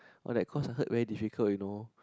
but I cause her very difficult you know